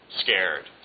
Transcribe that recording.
scared